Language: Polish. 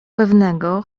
pewnego